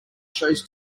shows